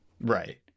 right